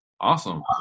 Awesome